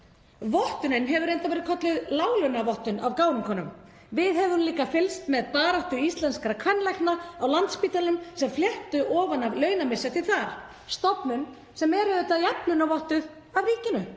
Vottunin hefur reyndar verið kölluð láglaunavottun af gárungunum. Við höfum líka fylgst með baráttu íslenskra kvenlækna á Landspítalanum sem flettu ofan af launamisrétti þar, stofnun sem er auðvitað jafnlaunavottuð af ríkinu.